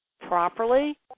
properly